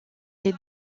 les